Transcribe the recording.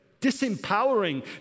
disempowering